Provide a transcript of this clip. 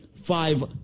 five